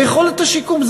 ליכולת השיקום.